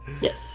yes